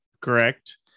Correct